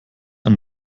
ein